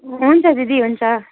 हुन्छ दिदी हुन्छ